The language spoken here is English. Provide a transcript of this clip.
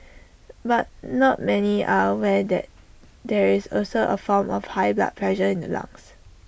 but not many are aware that there is also A form of high blood pressure in the lungs